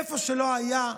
איפה שלא היה,